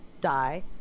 die